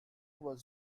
was